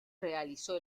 realizó